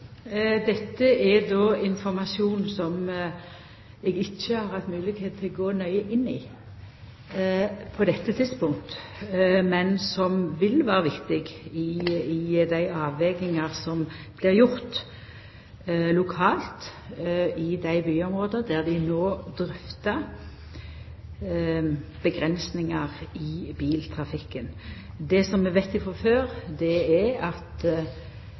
Dette er informasjon som eg ikkje har hatt moglegheit til å gå nøye inn i på dette tidspunktet, men som vil vera viktig i dei avvegingar som blir gjorde lokalt i dei byområda der dei no drøftar avgrensingar i biltrafikken. Det som vi veit frå før, er at ein føresetnad for avgrensing av biltrafikken er